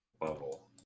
level